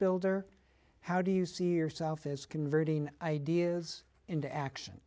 builder how do you see yourself is converting ideas into action